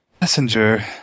messenger